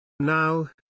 Now